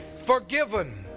forgiven,